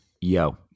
Yo